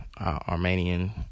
Armenian